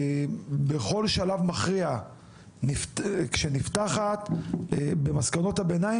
בכל שלב מכריע כשנפתחת במסקנות הביניים